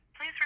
please